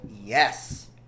yes